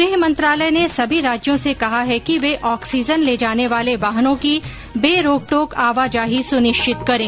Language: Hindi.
गृह मंत्रालय ने सभी राज्यों से कहा है कि वे ऑक्सीजन ले जाने वाले वाहनों की बे रोकटोक आवाजाही सुनिश्चित करें